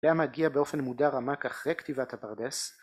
‫והיה מגיע באופן מוד רמ"ק ‫אחרי כתיבת הפרדס.